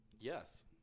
Yes